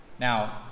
Now